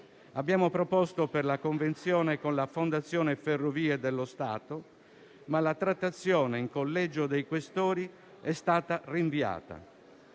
Abbiamo proposto la convenzione con la Fondazione Ferrovie dello Stato, ma la trattazione in Collegio dei Questori è stata rinviata.